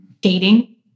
Dating